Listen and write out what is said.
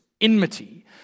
enmity